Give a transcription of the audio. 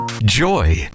Joy